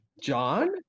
John